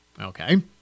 Okay